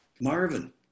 Marvin